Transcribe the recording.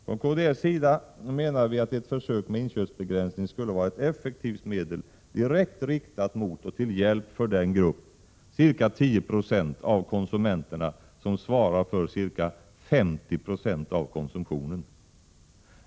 Från kds sida menar vi att ett försök med inköpsbegränsning skulle vara ett effektivt medel direkt riktat mot och till hjälp för den grupp, ca 10 90, av konsumenterna som svarar för ca 50 96 av konsumtionen.